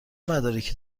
مدارکی